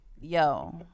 Yo